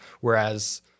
whereas